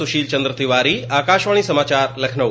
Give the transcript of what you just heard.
सुशील चंद्र तिवारी आकाशवाणी समाचार लखनऊ